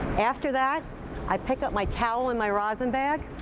after that i pick up my towel and my rosin bag.